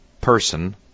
person